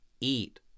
eat